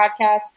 podcast